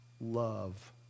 love